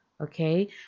Okay